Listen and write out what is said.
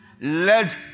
led